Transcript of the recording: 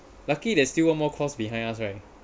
lucky there's still one more course behind us right